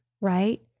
right